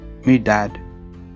Medad